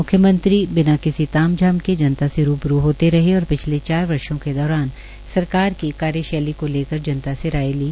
म्ख्यमंत्री बिना किसी तामझाम के जनता से रूबरू होते रहे और पिछले चार वर्षो के दौरान सरकार की कार्यशैली को लेकर जनता से राया ली